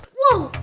whoa,